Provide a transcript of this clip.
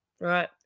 Right